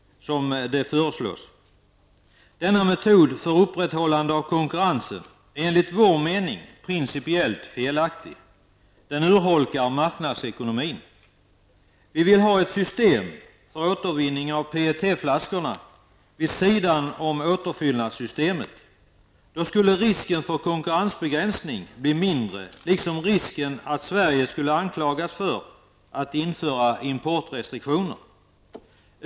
Denna metod för upprätthållande av konkurrensen är enligt vår åsikt principiellt felaktig. Den urholkar marknadsekonomin. Vi vill ha ett system för återvinning av PET-flaskorna vid sidan av återfyllnadssystemet. Då skulle risken för konkurrensbegränsning bli mindre, liksom risken för att Sverige skulle anklagas för införande av importrestriktioner.